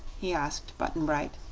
he asked button-bright.